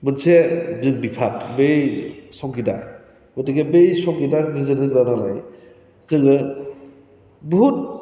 मोनसे जोंनि फाथ बै संगितआ गथिके बै संगितआ निजोनो जोंनो बुहुत